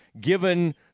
given